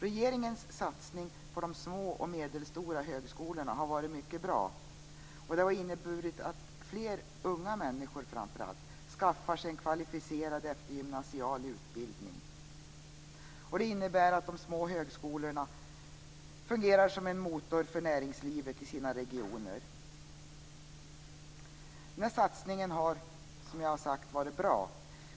Regeringens satsning på de små och medelstora högskolorna har varit mycket bra. Det har inneburit att framför allt fler unga människor skaffar sig kvalificerad eftergymnasial utbildning. Det innebär att de små högskolorna fungerar som en motor för näringslivet i sina regioner. Den här satsningen har, som jag har sagt, varit bra.